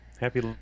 Happy